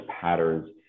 patterns